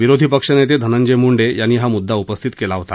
विरोधी पक्ष नेते धनजय म्ंडे यांनी हा मूद्दा उपस्थित केला होता